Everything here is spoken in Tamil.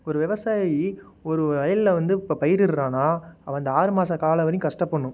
ஒரு விவசாயி ஒரு வயலில் வந்து இப்போ பயிரிட்றான்னா அவன் அந்த ஆறு மாத காலம் வரையும் கஷ்டப்படணும்